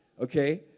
Okay